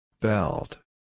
Belt